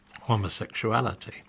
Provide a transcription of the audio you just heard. homosexuality